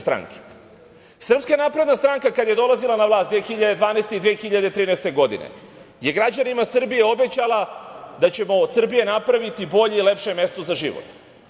Srpska napredna stranka kada je dolazila na vlast 2012. i 2013. godine je građanima Srbije obećala da ćemo od Srbije napraviti bolje i lepše mesto za život.